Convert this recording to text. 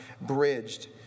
bridged